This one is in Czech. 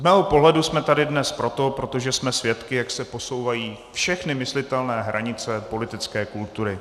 Z mého pohledu jsme tady dnes proto, protože jsme svědky, jak se posouvají všechny myslitelné hranice politické kultury.